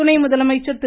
துணை முதலமைச்சர் திரு